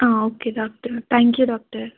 okay doctor thank you doctor